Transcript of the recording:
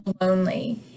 lonely